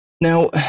Now